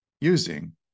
using